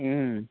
ହୁଁ